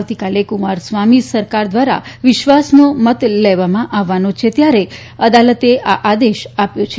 આવતીકાલે કુમારસ્વામી સરકાર દ્વારા વિશ્વાસનો મત લેવામાં આવવાનો છે ત્યારે અદાલતે આ આદેશ આપ્યો છે